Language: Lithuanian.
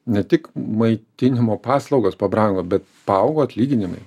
ne tik maitinimo paslaugos pabrango bet paaugo atlyginimai